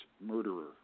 murderer